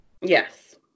Yes